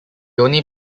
only